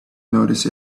noticed